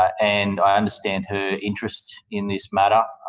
and i understand her interest in this matter,